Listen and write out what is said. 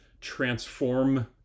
transform